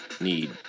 need